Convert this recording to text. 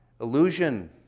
illusion